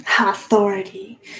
Authority